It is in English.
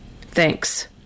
Thanks